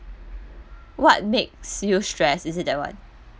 what makes you stress is it that one